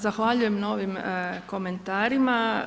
Zahvaljujem na ovim komentarima.